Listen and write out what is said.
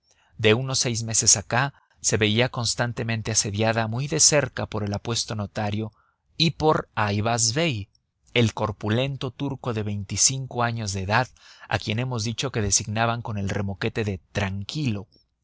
de unos seis meses acá se veía constantemente asediada muy de cerca por el apuesto notario y por ayvaz bey el corpulento turco de veinticinco años de edad a quien hemos dicho que designaban con el remoquete de tranquilo